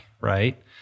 right